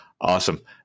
awesome